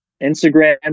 Instagram